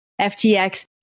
FTX